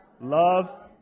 love